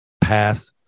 path